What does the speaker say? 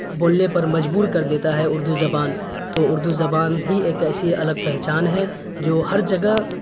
بولنے پر مجبور کر دیتا ہے اردو زبان تو اردو زبان ہی ایک ایسی الگ پہچان ہے جو ہر جگہ